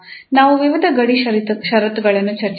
ನಾವು ವಿವಿಧ ಗಡಿ ಷರತ್ತುಗಳನ್ನು ಚರ್ಚಿಸಿದ್ದೇವೆ